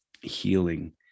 healing